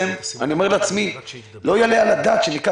לא יעלה על הדעת שלא.